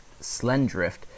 slendrift